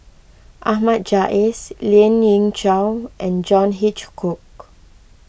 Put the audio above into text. Ahmad Jais Lien Ying Chow and John Hitchcock